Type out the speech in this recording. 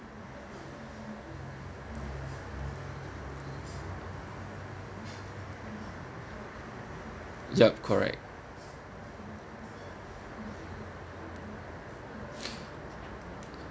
yup correct